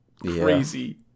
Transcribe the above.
crazy